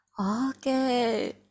Okay